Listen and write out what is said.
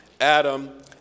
Adam